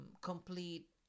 complete